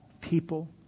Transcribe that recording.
people